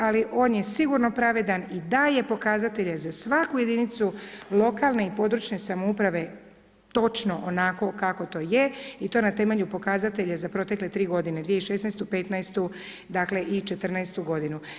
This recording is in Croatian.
Ali on je sigurno pravedan i daje pokazatelje za svaku jedinicu lokalne i područne samouprave točno onako kako to je i to na temelju pokazatelja za protekle tri godine 2016., 2015. i 2014. godinu.